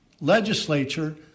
legislature